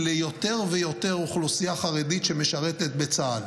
יותר ויותר אוכלוסייה חרדית שמשרתת בצה"ל.